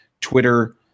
Twitter